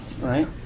right